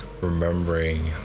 remembering